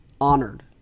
honored